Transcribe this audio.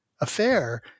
affair